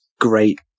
great